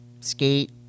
skate